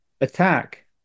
attack